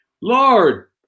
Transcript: Lord